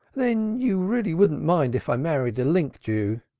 then you really wouldn't mind if i married a link jew!